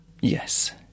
Yes